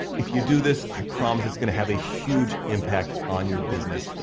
if you do this, i promise it's gonna have a huge impact on your business.